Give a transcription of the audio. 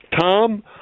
Tom